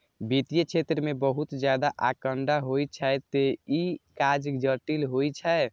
वित्तीय क्षेत्र मे बहुत ज्यादा आंकड़ा होइ छै, तें ई काज जटिल होइ छै